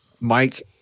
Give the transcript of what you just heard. Mike